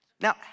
Now